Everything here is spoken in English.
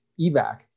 evac